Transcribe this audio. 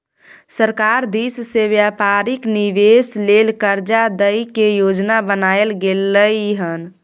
सरकार दिश से व्यापारिक निवेश लेल कर्जा दइ के योजना बनाएल गेलइ हन